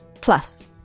Plus